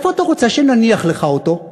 איפה אתה רוצה שנניח לך אותו?